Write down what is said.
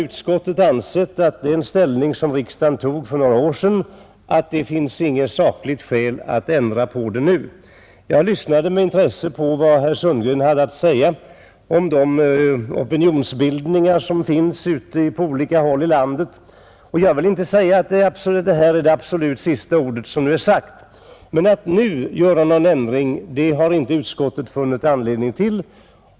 Utskottet har ansett att det inte nu finns något sakligt skäl att ändra på den ställning som riksdagen tog för några år sedan. Jag lyssnade med intresse till vad herr Sundgren hade att säga om de opinionsbildningar som finns på olika håll i landet. Vi skall väl inte säga att det är det absolut sista ordet som är sagt, men utskottet har inte funnit anledning att nu göra någon ändring.